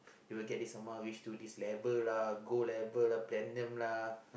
they will get this someone reach to this level lah gold level lah platinum lah